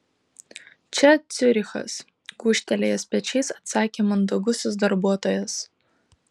čia ciurichas gūžtelėjęs pečiais atsakė mandagusis darbuotojas